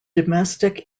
domestic